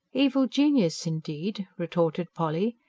evil genius, indeed! retorted polly.